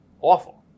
awful